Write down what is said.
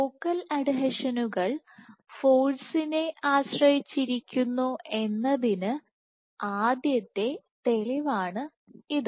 focal അഡ്ഹീഷനുകൾ ഫോഴ്സിനെ ആശ്രയിച്ചിരിക്കുന്നു എന്നതിന്റെ ആദ്യ തെളിവാണ് ഇത്